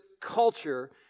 culture